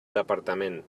departament